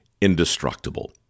indestructible